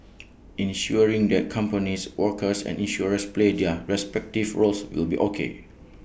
ensuring that companies workers and insurers play their respective roles will be okay